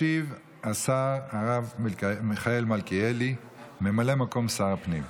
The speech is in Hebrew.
ישיב השר הרב מיכאל מלכיאלי, ממלא מקום שר הפנים.